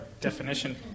definition